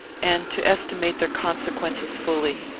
and to estimate their consequences fully.